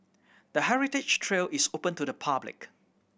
the heritage trail is open to the public